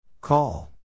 Call